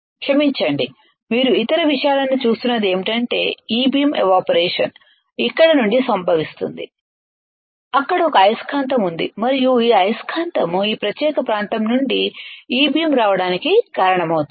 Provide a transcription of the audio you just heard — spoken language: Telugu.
క్షమించండి మీరు ఇతర విషయాలను చూస్తున్నది ఏమిటంటే ఇ బీమ్ ఎవాపరేషన్ ఇక్కడ నుండి సంభవిస్తుంది అక్కడ ఒక అయస్కాంతం ఉంది మరియు ఈ అయస్కాంతం ఈ ప్రత్యేక ప్రాంతం నుండి ఇ బీమ్ రావడానికి కారణమవుతుంది